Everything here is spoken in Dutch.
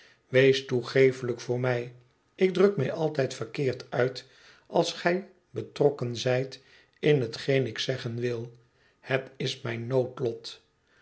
wees toegeeflijk voor mij ik druk mij altijd verkeerd uit als gij betrokken zijt in hetgeen ik zeggen wil het is mijn noodlot